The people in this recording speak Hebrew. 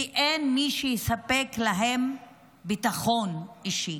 כי אין מי שיספק להם ביטחון אישי.